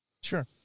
Sure